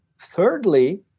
thirdly